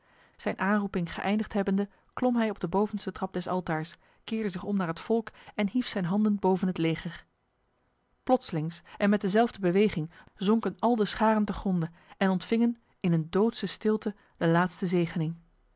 zijn aanroeping geëindigd hebbende klom hij op de bovenste trap des altaars keerde zich om naar het volk en hief zijn handen boven het leger plotselings en met dezelfde beweging zonken al de scharen te gronde en ontvingen in een doodse stilte de laatste zegening